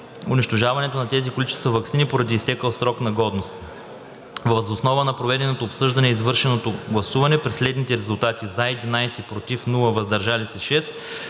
унищожаването на тези количества ваксини поради изтекъл срок на годност. Въз основа на проведеното обсъждане и извършеното гласуване при следните резултати: 11 гласа „за“, без